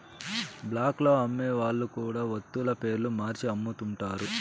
black లో అమ్మే వాళ్ళు కూడా వత్తుల పేర్లు మార్చి అమ్ముతుంటారు